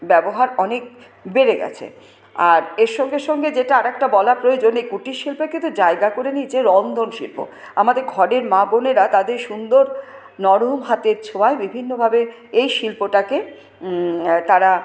ব্যবহার অনেক বেড়ে গেছে আর এর সঙ্গে সঙ্গে যেটা আরেকটা বলা প্রয়োজন এই কুটিরশিল্পে কিন্তু জায়গা করে নিয়েছে রন্ধনশিল্প আমাদের ঘরের মা বোনেরা তাদের সুন্দর নরম হাতের ছোঁয়ায় বিভিন্নভাবে এই শিল্পটাকে তারা